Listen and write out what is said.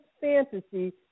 fantasy